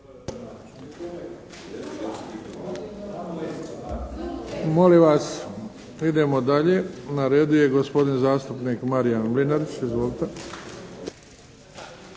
Molim vas. Idemo dalje. Na redu je gospodin zastupnik Marijan Mlinarić. Izvolite.